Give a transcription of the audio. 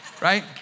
right